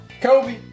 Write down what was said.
Kobe